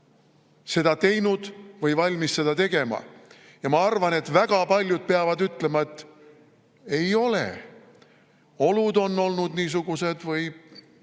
seda teinud või valmis seda tegema? Ma arvan, et väga paljud peavad ütlema, et ei ole. Olud on olnud niisugused või